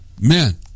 man